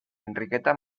enriqueta